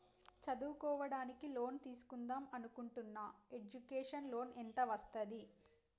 చదువుకోవడానికి లోన్ తీస్కుందాం అనుకుంటున్నా ఎడ్యుకేషన్ లోన్ ఎంత వస్తది?